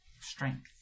strength